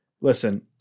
Listen